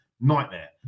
nightmare